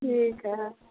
ठीक हइ